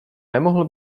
nemohl